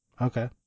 Okay